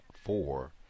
four